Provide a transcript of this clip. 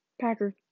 Packer